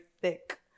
thick